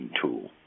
tool